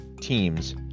teams